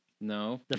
No